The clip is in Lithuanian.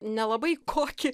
nelabai kokį